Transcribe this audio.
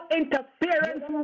interference